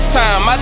time